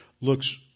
looks